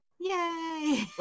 Yay